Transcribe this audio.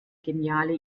geniale